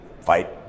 fight